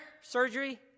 surgery